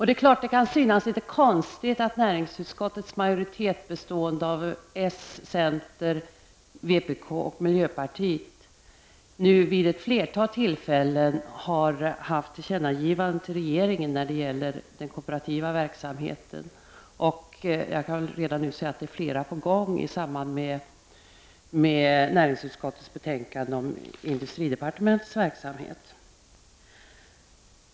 Det är klart att det kan synas litet konstigt att näringsutskottets majoritet bestående av socialdemokrater, centerpartister, vpk och miljöpartiet nu vid ett flertal tillfällen har gjort tillkännagivanden till regeringen när det gäller den kooperativa verksamheten. Jag kan redan nu säga att det är fler sådana på gång i samband med näringsutskottets betänkande om industridepartementets verksamhet.